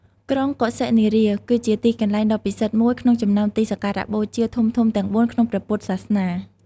ក្រុងកុសិនារា ក៏ជាទីកន្លែងដ៏ពិសិដ្ឋមួយក្នុងចំណោមទីសក្ការបូជាធំៗទាំងបួនក្នុងព្រះពុទ្ធសាសនា។